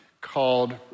called